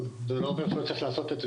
אבל זה לא אומר שלא צריך לעשות את זה,